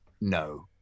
No